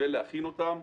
ולהכין אותם.